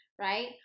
right